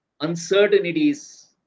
uncertainties